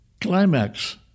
climax